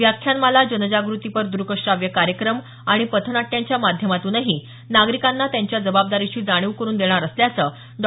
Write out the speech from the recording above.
व्याख्यानमाला जनजागृतीपर द्रकश्राव्य कार्यक्रम आणि पथनाट्यांच्या माध्यमातूनही नागरिकांना त्यांच्या जबाबदारीची जाणीव करून देणार असल्याचं डॉ